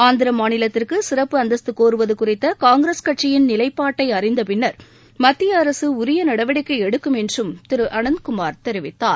ஆந்திர மாநிலத்திற்கு சிறப்பு அந்தஸ்து கோருவது குறித்த காங்கிரஸ் கட்சியின் நிலைப்பாட்டை அறிந்த பின்னர் மத்திய அரசு உரிய நடவடிக்கை எடுக்கும் என்றும் திரு அனந்த்குமார் தெரிவித்தார்